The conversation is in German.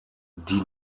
die